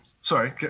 sorry